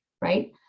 right